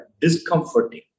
discomforting